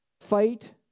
Fight